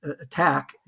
attack